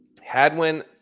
Hadwin